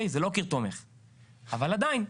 אבל עדיין.